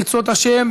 ברצות השם,